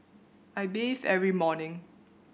I bathe every morning